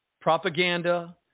propaganda